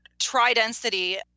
tri-density